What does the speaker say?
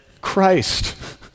Christ